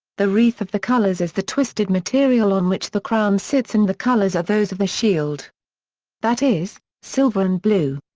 the wreath of the colours is the twisted material on which the crown sits and the colours are those of the shield that is, silver and blue.